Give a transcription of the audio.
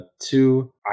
Two